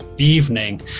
Evening